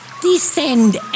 Descend